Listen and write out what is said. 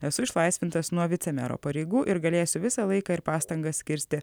esu išlaisvintas nuo vicemero pareigų ir galėsiu visą laiką ir pastangas skirti